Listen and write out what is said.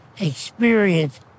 experience